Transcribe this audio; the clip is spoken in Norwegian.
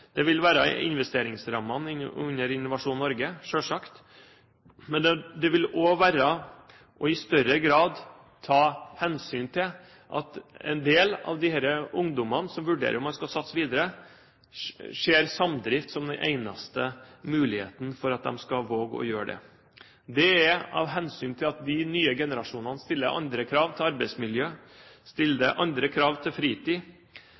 det vil selvsagt være investeringsrammene under Innovasjon Norge, men det vil også være i større grad å ta hensyn til at en del av disse ungdommene som vurderer om de skal satse videre, ser samdrift som den eneste muligheten for at de skal våge å gjøre det. Det er av hensyn til at de nye generasjonene stiller andre krav til arbeidsmiljø, stiller andre krav til fritid